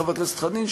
חבר הכנסת חנין,